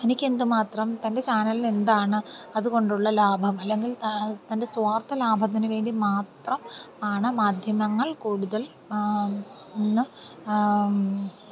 എനിക്ക് എന്ത് മാത്രം തൻ്റെ ചാനലിനെന്താണ് അതുകൊണ്ടുള്ള ലാഭം അല്ലെങ്കിൽ തൻ്റെ സ്വാർത്ഥ ലാഭത്തിന് വേണ്ടി മാത്രം ആണ് മാധ്യമങ്ങൾ കൂടുതൽ ഇന്ന്